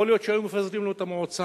יכול להיות שהיו מפזרים לו את המועצה